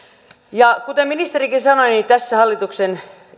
kuten ministerikin sanoi niin tässä hallituksen